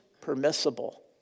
permissible